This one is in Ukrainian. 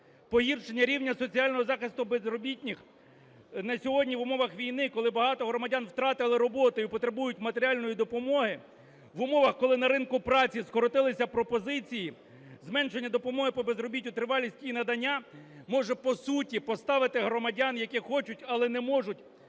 Погіршення рівня соціального захисту безробітних на сьогодні, в умовах війни, коли багато громадян втратили роботу і потребують матеріальної допомоги, в умовах, коли на ринку праці скоротилися пропозиції, зменшення допомоги по безробіттю, тривалості її надання може по суті поставити громадян, які хочуть, але не можуть